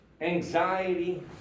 anxiety